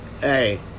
hey